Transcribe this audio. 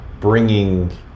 bringing